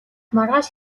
маргааш